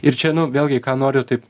ir čia nu vėlgi ką noriu taip